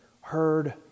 heard